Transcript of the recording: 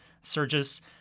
surges